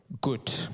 good